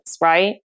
Right